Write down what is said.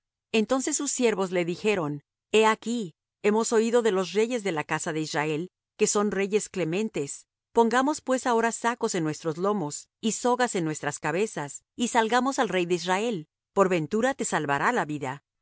entonces sus siervos le dijeron he aquí hemos oído de los reyes de la casa de israel que son reyes clementes pongamos pues ahora sacos en nuestros lomos y sogas en nuestras cabezas y salgamos al rey de israel por ventura te salvará la vida